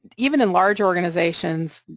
even in large organizations,